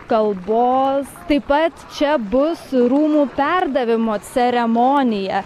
kalbos taip pat čia bus rūmų perdavimo ceremonija